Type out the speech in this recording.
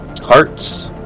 Hearts